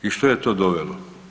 I što je to dovelo?